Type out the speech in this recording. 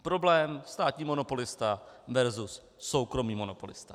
Problém státní monopolista versus soukromý monopolista.